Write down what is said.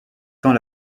tant